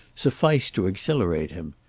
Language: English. sufficed to exhilarate him.